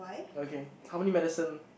okay how many medicine